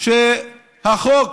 שהחוק